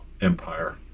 empire